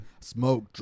smoke